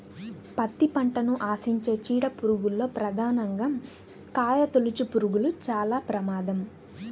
పత్తి పంటను ఆశించే చీడ పురుగుల్లో ప్రధానంగా కాయతొలుచుపురుగులు చాలా ప్రమాదం